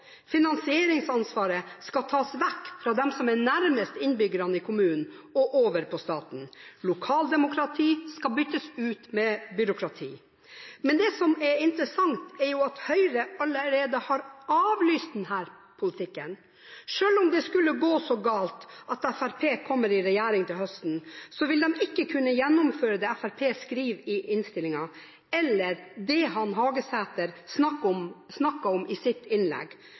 Finansieringsansvaret skal tas vekk fra dem som er nærmest innbyggerne i kommunen, og legges over på staten. Lokaldemokrati skal byttes ut med byråkrati. Men det som er interessant, er at Høyre allerede har avlyst denne politikken. Selv om det skulle gå så galt at Fremskrittspartiet kommer i regjering til høsten, vil de ikke kunne gjennomføre det Fremskrittspartiet skriver i innstillingen, eller det Hagesæter snakker om i sitt innlegg,